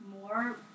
more